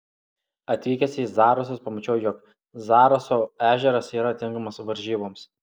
atvykęs į zarasus pamačiau jog zaraso ežeras yra tinkamas varžyboms